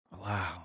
Wow